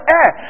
air